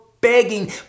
begging